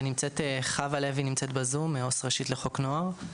וחוה לוי עו"ס ראשית לחוק נוער,